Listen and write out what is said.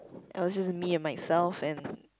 it was just me and myself and